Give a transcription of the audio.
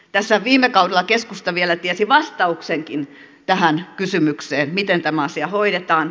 tässä viime kaudella keskusta vielä tiesi vastauksenkin tähän kysymykseen miten tämä asia hoidetaan